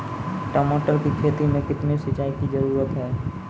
टमाटर की खेती मे कितने सिंचाई की जरूरत हैं?